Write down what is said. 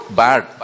bad